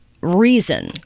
reason